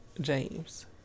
James